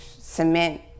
cement